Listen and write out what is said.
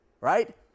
right